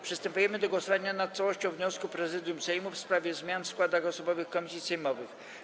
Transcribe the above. Przystępujemy do głosowania nad całością wniosku Prezydium Sejmu w sprawie zmian w składach osobowych komisji sejmowych.